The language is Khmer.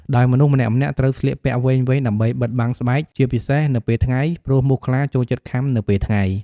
ដោយមនុស្សម្នាក់ៗត្រូវស្លៀកពាក់វែងៗ ដើម្បីបិទបាំងស្បែក ជាពិសេសនៅពេលថ្ងៃ ព្រោះមូសខ្លាចូលចិត្តខាំនៅពេលថ្ងៃ។